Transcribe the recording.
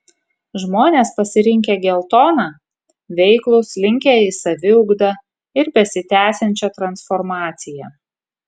žmones pasirinkę geltoną veiklūs linkę į saviugdą ir besitęsiančią transformaciją